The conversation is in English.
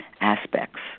aspects